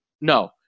No